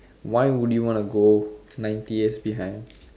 why would you want to go ninety years behind